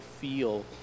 feel